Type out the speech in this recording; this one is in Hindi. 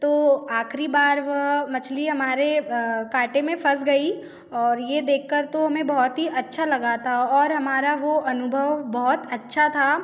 तो आख़िरी बार वह मछली हमारे काँटे में फस गई और ये देख कर तो हमें बहुत ही अच्छा लगा था और हमारा वो अनुभव बहुत अच्छा था